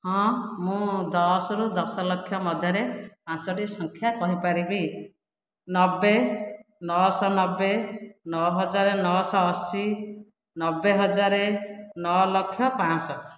ହଁ ମୁଁ ଦଶ ରୁ ଦଶ ଲକ୍ଷ ମଧ୍ୟରେ ପାଞ୍ଚୋଟି ସଂଖ୍ୟା କହି ପାରିବି ନବେ ନଅ ଶହ ନବେ ନଅ ହଜାର ନଅ ଶହ ଅସି ନବେ ହଜାରେ ନଅ ଲକ୍ଷ ପାଞ୍ଚଶହ